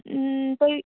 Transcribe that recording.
تُہۍ